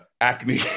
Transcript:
acne